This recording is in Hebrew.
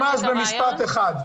ממש במשפט אחד.